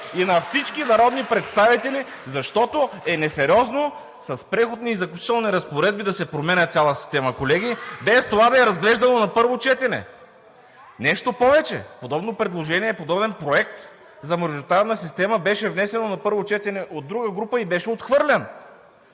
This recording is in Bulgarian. и на всички народни представители, защото е несериозно с Преходни и заключителни разпоредби да се променя цяла система, колеги, без това да е разглеждано на първо четене. Нещо повече, подобно предложение, подобен проект за мажоритарна система беше внесен на първо четене от друга група и беше отхвърлен.